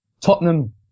Tottenham